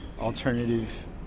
alternative